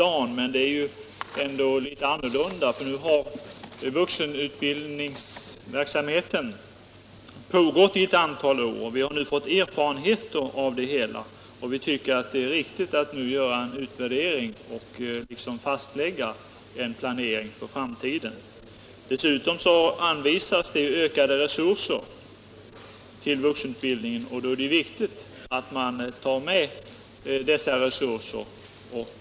Men situationen är ju ändå annorlunda i dag. Nu har vuxenutbildningsverksamheten pågått i ett antal år, och vi har nu fått erfarenheter av den. Vi tycker att det är riktigt att nu göra en ut Nr 88 värdering och fastlägga en planering för framtiden. Dessutom anvisas Onsdagen den det ökade resurser till vuxenutbildningen, och då är det viktigt att man 16 mars 1977 utifrån dessa ökade resurser lägger fast en bestämd inriktning av verk-= — samheten. Anslag till studieso ; ciala åtgärder Fru LANTZ : Herr talman!